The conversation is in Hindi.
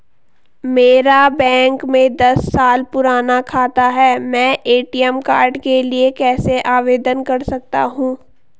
मेरा बैंक में दस साल पुराना खाता है मैं ए.टी.एम कार्ड के लिए कैसे आवेदन कर सकता हूँ?